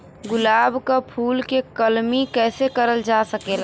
गुलाब क फूल के कलमी कैसे करल जा सकेला?